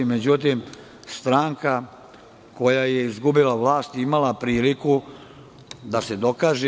Međutim, stranka koja je izgubila vlast je imala priliku da se dokaže.